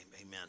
amen